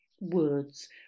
words